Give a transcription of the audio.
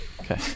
Okay